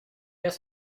gars